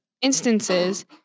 instances